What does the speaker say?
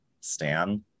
stan